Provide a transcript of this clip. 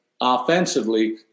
offensively